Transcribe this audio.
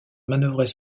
manœuvrait